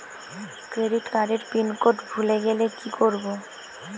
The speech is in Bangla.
ক্রেডিট কার্ডের পিনকোড ভুলে গেলে কি করব?